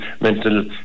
mental